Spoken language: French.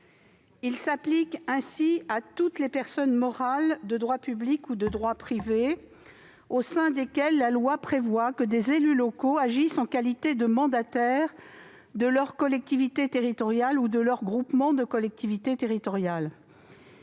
s'appliquerait à toutes les personnes morales de droit public ou de droit privé au sein desquelles, en vertu de la loi, des élus locaux agissent en qualité de mandataires de leur collectivité territoriale ou de leur groupement de collectivités territoriales.